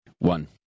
One